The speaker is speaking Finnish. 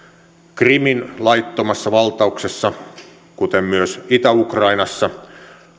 krimin laittomassa valtauksessa kuten myös itä ukrainassa